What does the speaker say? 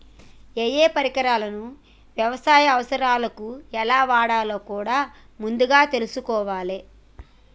ఏయే పరికరాలను యవసాయ అవసరాలకు ఎలా వాడాలో కూడా ముందుగా తెల్సుకోవాలే